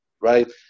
Right